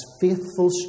faithful